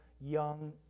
young